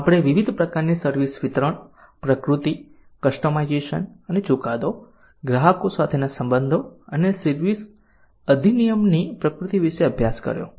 આપડે વિવિધ પ્રકારની સર્વિસ વિતરણ પ્રકૃતિ કસ્ટમાઇઝેશન અને ચુકાદો ગ્રાહકો સાથેના સંબંધો અને સર્વિસ અધિનિયમની પ્રકૃતિ વિશે અભ્યાસ કર્યો